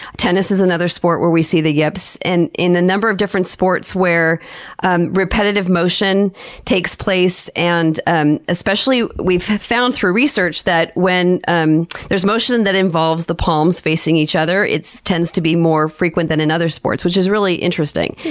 tennis is another sport where we see the yips. and in a number of different sports where and repetitive motion takes place, and and especially we've found through research that when um there's motion that involves the palms facing each other, it tends to be more frequent than in and other sports, which is really interesting.